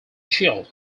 chilled